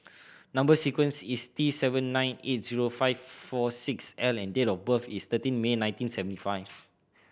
number sequence is T seven nine eight zero five four six L and date of birth is thirteen May nineteen seventy five